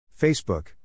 Facebook